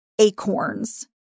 Acorns